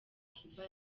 cuba